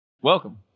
Welcome